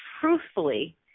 truthfully